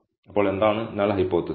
അപ്പോൾ എന്താണ് null hypothesis